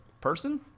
person